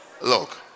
look